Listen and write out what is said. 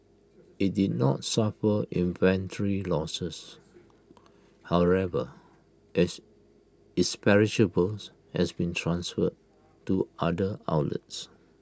IT did not suffer inventory losses however as its perishables has been transferred to other outlets